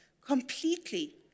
completely